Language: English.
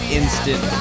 instant